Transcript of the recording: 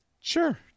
Sure